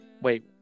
wait